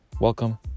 Welcome